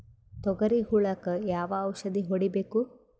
ತೊಗರಿ ಹುಳಕ ಯಾವ ಔಷಧಿ ಹೋಡಿಬೇಕು?